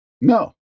No